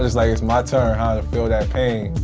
like it's my turn how to feel that pain.